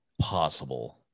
possible